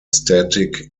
static